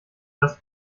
dass